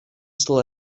still